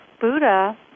Buddha